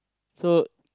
so